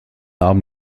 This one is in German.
abend